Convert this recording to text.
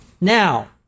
Now